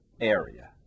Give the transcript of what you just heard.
area